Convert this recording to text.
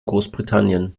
großbritannien